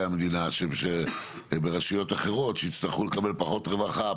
המדינה ורשויות אחרות שיצטרכו לקבל פחות רווחה,